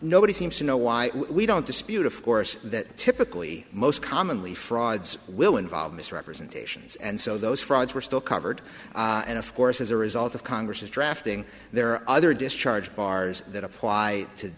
nobody seems to know why we don't dispute of course that typically most commonly frauds will involve misrepresentations and so those frauds were still covered and of course as a result of congress's drafting there are other discharge bars that apply to